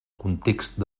context